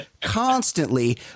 constantly